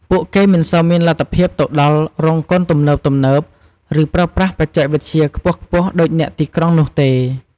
ពួកគេមិនសូវមានលទ្ធភាពទៅដល់រោងកុនទំនើបៗ ឬប្រើប្រាស់បច្ចេកវិទ្យាខ្ពស់ៗដូចអ្នកទីក្រុងនោះទេ។